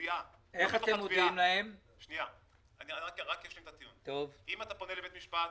פונה לבית משפט,